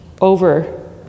over